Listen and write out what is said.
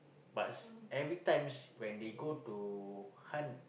but every time when they go to hunt